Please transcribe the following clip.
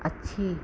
अच्छी